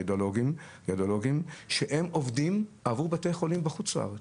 רדיולוגים, שהם עובדים עבור בתי חולים בחוץ לארץ.